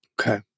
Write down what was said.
Okay